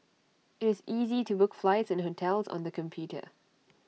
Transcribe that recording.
IT is easy to book flights and hotels on the computer